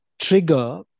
trigger